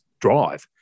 drive